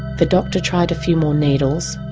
the doctor tried a few more needles,